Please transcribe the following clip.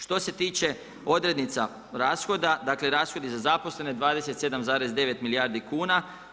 Što se tiče odrednica rashoda, dakle rashodi za zaposlene 27,9 milijardi kuna.